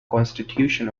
constitution